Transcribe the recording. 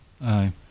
Aye